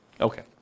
Okay